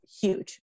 huge